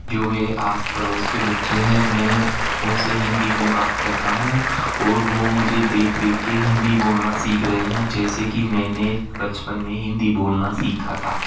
जो मेरे आस पड़ोस के बच्चे हैं मैं उन से हिंदी में बात करता हूँ और वो मुझे देख देख कर हिंदी बोलना सीख रहें हैं जैसे कि मैंने बचपन में हिंदी बोलना सीखा था